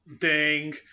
ding